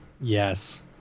Yes